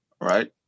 Right